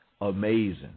amazing